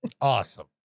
awesome